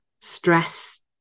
stress